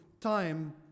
time